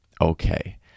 Okay